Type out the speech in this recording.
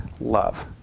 love